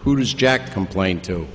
who does jack complain to